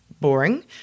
boring